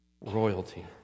royalty